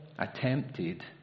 attempted